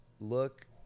look